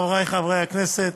חברי חברי הכנסת,